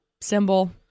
symbol